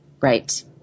Right